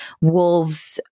wolves